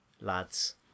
lads